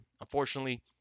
unfortunately